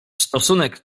stosunek